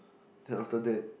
then after that